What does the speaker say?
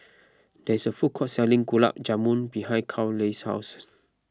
there is a food court selling Gulab Jamun behind Carleigh's house